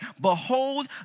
Behold